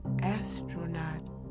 Astronaut